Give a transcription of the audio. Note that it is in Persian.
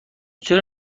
چرا